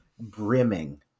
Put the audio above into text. Brimming